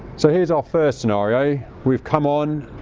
so here's our first scenario we've come on,